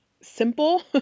simple